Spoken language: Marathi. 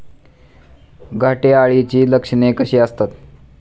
घाटे अळीची लक्षणे कशी असतात?